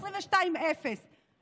2022, אפס.